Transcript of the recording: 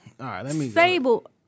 Sable